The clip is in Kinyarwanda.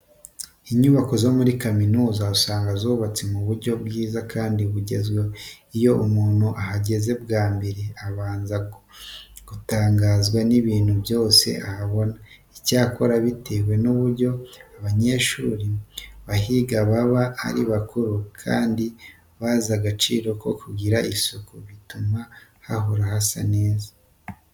Inyubako zo muri kaminuza usanga zubatse mu buryo bwiza kandi bugezweho. Iyo umuntu ahageze bwa mbere abanza gutangazwa n'ibintu byose ahabona. Icyakora bitewe n'uburyo abanyeshuri bahiga baba ari bakuru kandi bazi agaciro ko kugira isuku bituma hahora hasa neza.